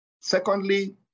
Secondly